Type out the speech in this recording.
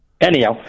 Anyhow